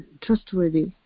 trustworthy